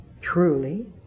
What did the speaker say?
truly